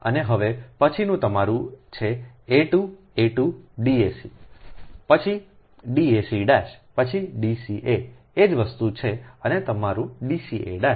અને હવે પછીનું તમારું છે a2 a2 dac પછી dac પછી dca એજ વસ્તુ છે અને તમારું dca